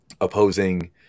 opposing